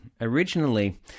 Originally